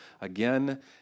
again